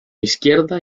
izquierda